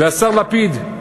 והשר לפיד,